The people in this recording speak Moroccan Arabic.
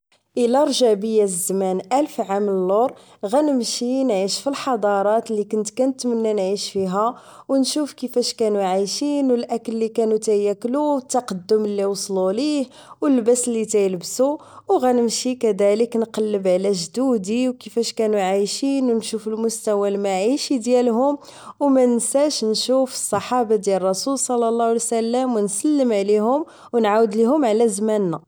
الى رجع بي الزمن الف عام اللور غانمشي نعيش في الحضارات اللي كنت كنتمنى نعيش فيها ونشوف كيفاش كانوا عايشين والاكل اللي كانوا تياكلو والتقدم اللي وصلوا ليه. واللباس اللي يلبسو وغنمشي كذلك. نقلب على جدودي وكيفاش كانو عايشين ونشوف المستوى المعيشي ديالهم. ومانساش نشوف الصحابة ديال الرسول صلى الله عليه وسلم ونسلم عليهم ونعاود ليهم على زماننا